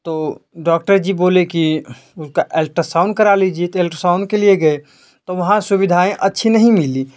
तो डॉक्टर जी बोले कि ऊ का अल्ट्रासाउंड करा लीजिए ते अल्ट्रासाउंड के लिए गए तो वहाँ सुविधाएँ अच्छी नहीं मिलीं